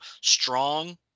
strong